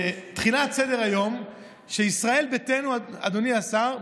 בתחילת סדר-היום שישראל ביתנו, אדוני השר,